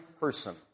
person